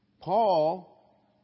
Paul